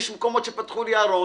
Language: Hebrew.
יש מקומות שפתחו לי ארון,